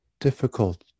difficult